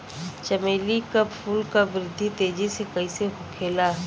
चमेली क फूल क वृद्धि तेजी से कईसे होखेला?